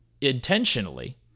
intentionally